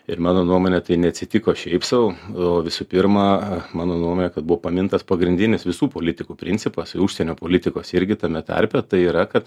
ir mano nuomone tai neatsitiko šiaip sau o visų pirma mano nuomone kad buvo pamintas pagrindinis visų politikų principas užsienio politikos irgi tame tarpe tai yra kad